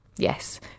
Yes